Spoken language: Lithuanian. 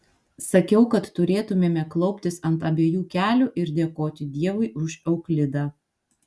sakiau kad turėtumėme klauptis ant abiejų kelių ir dėkoti dievui už euklidą